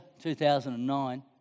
2009